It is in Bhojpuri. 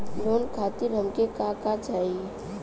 लोन खातीर हमके का का चाही?